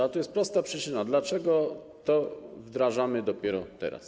Czy jest prosta przyczyna, dlaczego to wdrażamy dopiero teraz?